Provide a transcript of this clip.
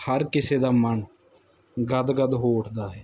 ਹਰ ਕਿਸੇ ਦਾ ਮਨ ਗਦ ਗਦ ਹੋ ਉੱਠਦਾ ਹੈ